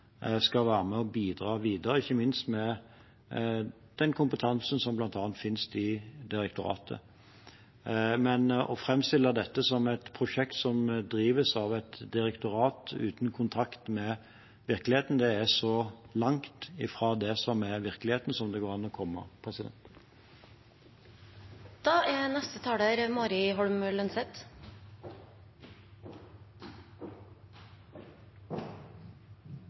skal være med og bidra videre – ikke minst med den kompetansen som bl.a. finnes i direktoratet. Men å framstille dette som et prosjekt som drives av et direktorat uten kontakt med virkeligheten, er så langt fra det som er virkeligheten som det går an å komme.